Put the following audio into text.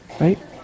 right